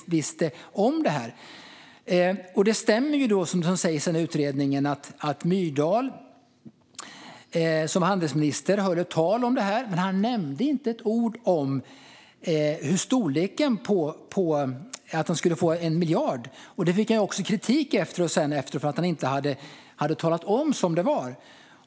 Det stämmer att handelsminister Myrdal hörde talas om detta, men han nämnde inte ett ord om storleken på krediten, det vill säga att de skulle få 1 miljard. Han fick också kritik efteråt för att han inte hade sagt som det var.